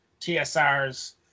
TSR's